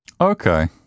Okay